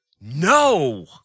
No